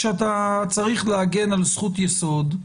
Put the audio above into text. כשאתה צריך להגן על זכות יסוד,